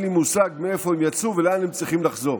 אין לי מושג מאיפה הם יצאו ולאן הם צריכים לחזור.